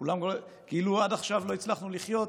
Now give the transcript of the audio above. כאילו עד עכשיו לא הצלחנו לחיות.